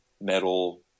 metal